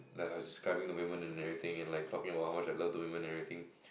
like I was describing the women and everything and like talking about how much I love the women and everything